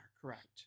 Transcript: correct